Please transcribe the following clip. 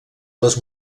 les